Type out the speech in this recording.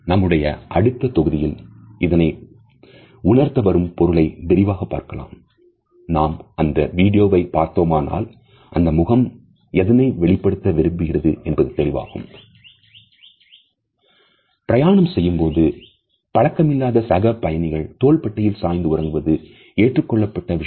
நம்முடைய அடுத்த தொகுதியில் இதனை உணர்த்த வரும் பொருளை விரிவாக பார்க்கலாம் நாம் அந்த வீடியோவை பார்த்தோமானால் அந்த முகம் எதனை வெளிப்படுத்த விரும்புகிறது என்பது தெளிவாகும் பிரயாணம் செய்யும்போது பழக்கமில்லாத சக பயணிகளின் தோள்பட்டையில் சாய்ந்து உறங்குவது ஏற்றுக் கொள்ளப்பட்ட விஷயம்